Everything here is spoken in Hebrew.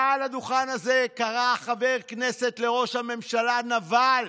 מעל הדוכן הזה קרא חבר כנסת לראש הממשלה נבל.